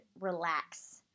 relax